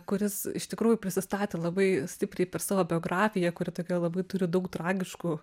kuris iš tikrųjų prisistatė labai stipriai per savo biografiją kuri tokia labai turi daug tragiškų